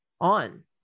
on